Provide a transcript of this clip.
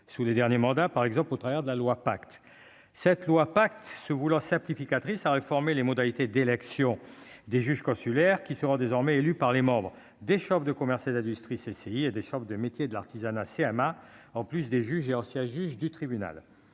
sous les derniers mandats par exemple au travers de la loi pacte cette loi pacte se voulant simplificatrice à réformer les modalités d'élection des juges consulaires qui seront désormais élus par les membres des de commerce et d'industrie CCI et des chambres de métiers de l'artisanat CMA, en plus des juges et ancien juge du tribunal,